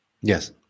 Yes